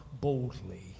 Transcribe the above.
boldly